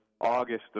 August